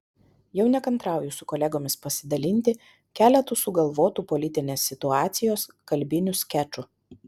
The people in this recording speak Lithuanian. jau nekantrauju su kolegomis pasidalinti keletu sugalvotų politinės situacijos kalbinių skečų